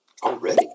already